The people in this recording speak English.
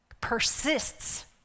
persists